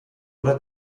oder